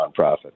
nonprofit